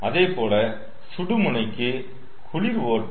அதேபோல சுடு முனைக்கு குளிர் ஓட்டம்